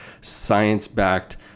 science-backed